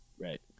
Right